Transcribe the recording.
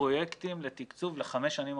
פרויקטים לתקצוב לחמש השנים הקרובות.